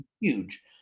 huge